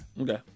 Okay